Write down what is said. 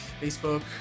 Facebook